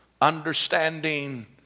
understanding